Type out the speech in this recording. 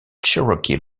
cherokee